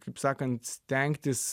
kaip sakant stengtis